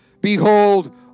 Behold